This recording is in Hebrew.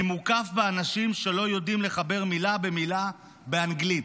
אני מוקף באנשים שלא יודעים לחבר מילה למילה באנגלית.